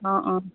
অ' অ'